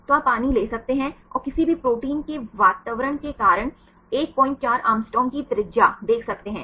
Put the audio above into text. तो आप पानी ले सकते हैं और किसी भी प्रोटीन के वातावरण के कारण 14 Å की त्रिज्या देख सकते हैं